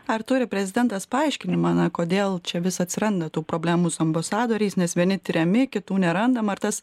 ar turi prezidentas paaiškinimą na kodėl čia vis atsiranda tų problemų su ambasadoriais nes vieni tiriami kitų nerandama ar tas